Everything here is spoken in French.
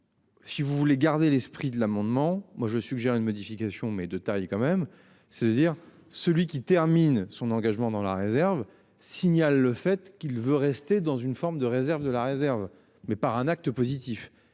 Si vous voulez garder l'esprit de l'amendement. Moi je suggère une modification mais de taille quand même. C'est-à-dire celui qui termine son engagement dans la réserve, signale le fait qu'il veut rester dans une forme de réserve de la réserve mais par un acte positif